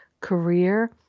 career